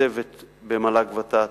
הצוות במל"ג-ות"ת.